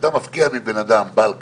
הם משרתים בצבא,